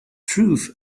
truth